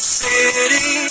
city